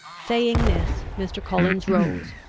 saying this, mr. collins rose,